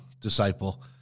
disciple